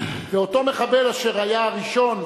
ואותו מחבל אשר היה הראשון,